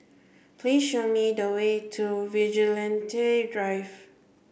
please show me the way to Vigilante Drive